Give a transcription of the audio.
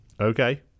Okay